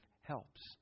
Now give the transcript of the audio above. helps